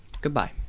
goodbye